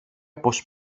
πως